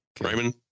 Raymond